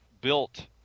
built